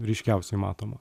ryškiausiai matoma